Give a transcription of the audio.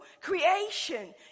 creation